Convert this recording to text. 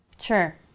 Sure